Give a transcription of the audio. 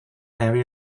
area